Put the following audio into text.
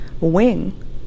wing